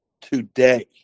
today